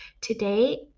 today